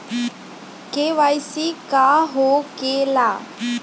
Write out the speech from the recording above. KYC का हो के ला?